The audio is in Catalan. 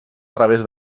través